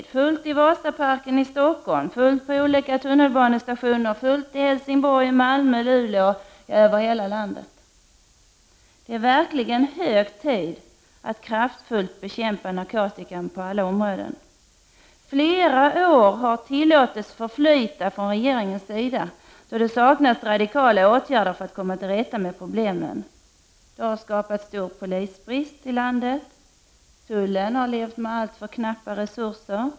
Det är fullt i Vasaparken i Stockholm, fullt på olika tunnelbanestationer, fullt i Helsingborg, i Malmö, i Luleå och över hela landet. Det är verkligen hög tid att kraftfullt bekämpa narkotikan på alla områden. Flera år har tillåtits förflyta från regeringens sida, eftersom det har saknats radikala åtgärder för att komma till rätta med problemen. Det har skapats stor polisbrist i landet. Tullen har levt med alltför knappa resurser.